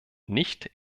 nicht